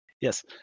Yes